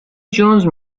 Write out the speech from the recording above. جونز